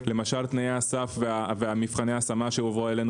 למשל תנאי הסף ומבחני ההשמה שהובאו אלינו.